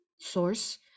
Source